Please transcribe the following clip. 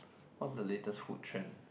what's the latest food trend